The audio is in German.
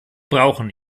brauchen